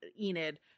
Enid